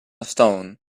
stone